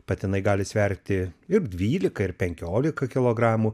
patinai gali sverti ir dvylika ir penkiolika kilogramų